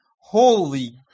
Holy